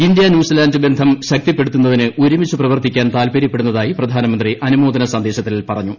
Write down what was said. India New Zealand ബന്ധം ശക്തിപ്പെടുത്തുന്നതിന് ഒരുമിച്ച് പ്രവർത്തിക്കാൻ താൽപര്യപ്പെടുന്നതായി പ്രൊനമന്ത്രി അനുമോദന സന്ദേശത്തിൽ പറഞ്ഞു